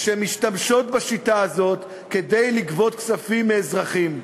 שמשתמשות בשיטה הזאת כדי לגבות כספים מאזרחים.